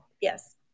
Yes